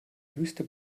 höchste